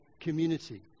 community